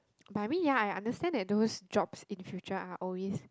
but I mean ya I understand that those jobs in future are always